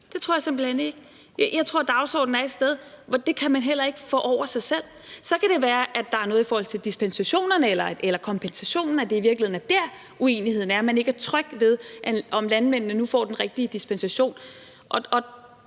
Det tror jeg simpelt hen ikke. Jeg tror, dagsordenen er et sted, hvor man heller ikke kan få sig selv til det. Så kan det være, at der er noget i forhold til dispensationerne eller kompensationen, og at det i virkeligheden er der, uenigheden er. Man er ikke tryg ved, om landmændene nu får den rigtige kompensation.